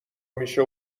میشه